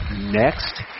next